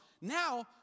now